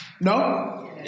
No